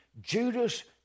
Judas